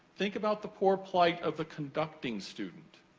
think about the poor plight of the conducting student.